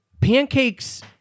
pancakes